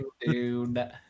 dude